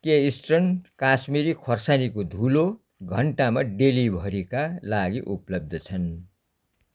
के इस्टर्न काश्मिरी खोर्सानीको धुलो घन्टामा डेलिभरीका लागि उपलब्ध छन्